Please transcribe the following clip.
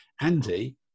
Andy